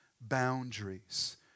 boundaries